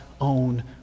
own